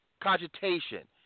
cogitation